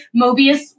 mobius